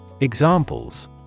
Examples